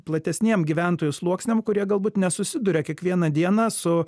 platesniem gyventojų sluoksniam kurie galbūt nesusiduria kiekvieną dieną su